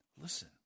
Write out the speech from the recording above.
Listen